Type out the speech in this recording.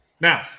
Now